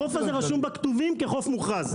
החוף הזה רשום בכתובים כחוף מוכרז.